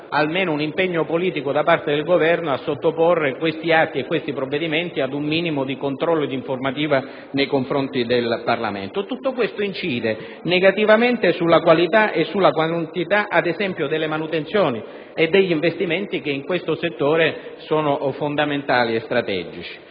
almeno un impegno politico da parte del Governo a sottoporre questi atti e provvedimenti ad un minimo di controllo e di informativa del Parlamento. Tutto ciò incide negativamente sulla qualità e sulla quantità, ad esempio, delle manutenzioni e degli investimenti che, in questo settore, sono fondamentali e strategici.